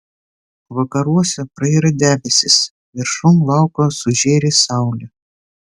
vakaruose prayra debesys viršum lauko sužėri saulė